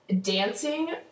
dancing